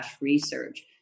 research